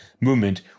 movement